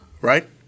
Right